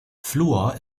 fluor